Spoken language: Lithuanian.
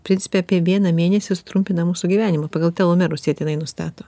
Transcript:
principe apie vieną mėnesį sutrumpina mūsų gyvenimą pagal telomerus jie tenai nustato